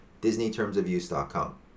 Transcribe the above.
Disneytermsofuse.com